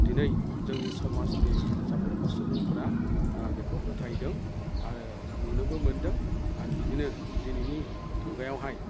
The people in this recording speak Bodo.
दिनै जोंनि समाजनि साफ्रोमबो सुबुंफोरा बेखौ फोथायदों आरो नुनोबो मोनदों आरो बिदिनो दिनैनि मुगायावहाय